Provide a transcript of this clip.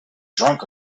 drunk